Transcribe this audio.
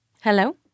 Hello